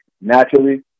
Naturally